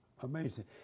Amazing